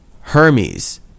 Hermes